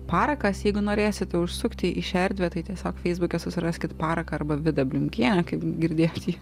parakas jeigu norėsite užsukti į šią erdvę tai tiesiog feisbuke susiraskit paraką arba vidą bliumkienę kaip girdėjot ji